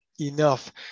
enough